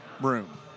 room